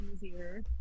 easier